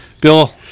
Bill